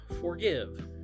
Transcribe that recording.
forgive